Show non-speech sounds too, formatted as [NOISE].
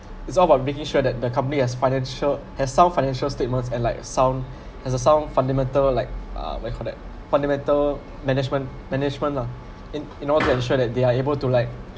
is all about making sure that the company has financial has sound financial statements and like sound [BREATH] has a sound fundamental like uh what we call that fundamental management management lah in in order to ensure that they are able to like